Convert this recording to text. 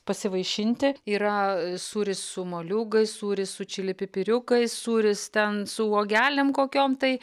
pasivaišinti yra sūris su moliūgais sūris su čili pipiriukais sūris ten su uogelėm kokiom tai